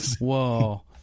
whoa